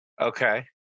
Okay